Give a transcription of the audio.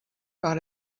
par